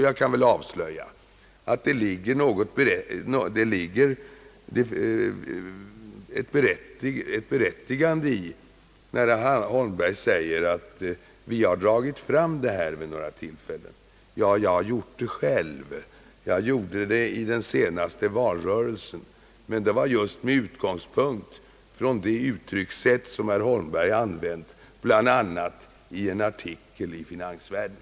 Jag kan avslöja att det var berättigat när herr Holmberg sade att vi har dragit fram detta vid några tillfällen. Jag har gjort det själv. Jag gjorde det i den senaste valrörelsen just med utgångspunkt från det uttryckssätt herr Holmberg använt bl.a. i en artikel i Finansvärlden.